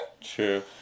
true